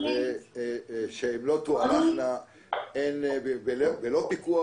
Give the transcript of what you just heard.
שהתוקפן לא יוארך בלא פיקוח.